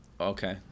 Okay